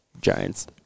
giants